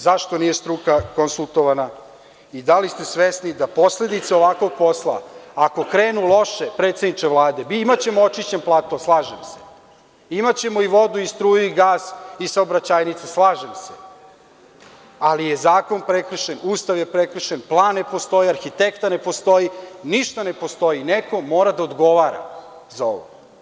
Zašto nije struka konsultovana i da li ste svesni da posledice ovakvog posla ako krenu loše, predsedniče Vlade, imaćemo očišćen plato, slažem se, imaćemo i vodu i struju i gas i saobraćajnice, slažem se, ali je zakon prekršen, Ustav je prekršen, plan ne postoji, arhitekta ne postoji, ništa ne postoji i neko mora da odgovara za ovo.